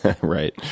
Right